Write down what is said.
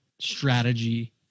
strategy